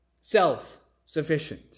self-sufficient